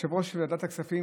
יושב-ראש ועדת הכספים,